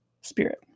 spirit